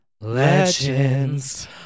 legends